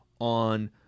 on